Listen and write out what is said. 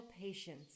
patience